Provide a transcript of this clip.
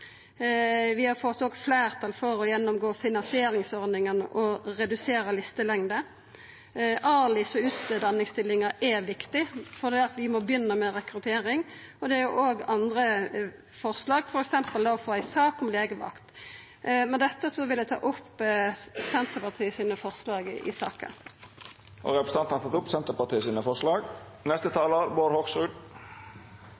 har òg fått fleirtal for å gjennomgå finansieringsordninga og redusera listelengde. ALIS- og utdanningsstillingar er viktige, for vi må begynna med rekruttering. Det er òg andre forslag til vedtak – for eksempel om å få ei sak om legevakt. Med dette tar eg opp forslaga som Senterpartiet er med på i saka. Representanten Kjersti Toppe har med det teke opp